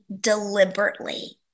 deliberately